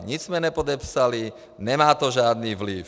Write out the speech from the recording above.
Nic jsme nepodepsali, nemá to žádný vliv.